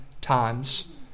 times